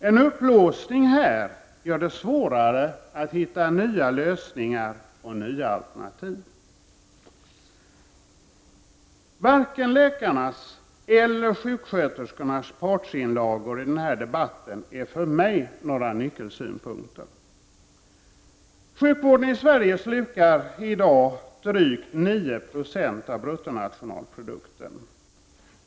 En upplåsning här gör det svårare att hitta nya lösningar och nya alternativ. Varken läkarnas eller sjuksköterskornas partsinlagor i denna debatt är för mig några nyckelsynpunkter. Sjukvården i Sverige slukar i dag drygt 9 20 av bruttonationalprodukten.